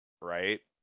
right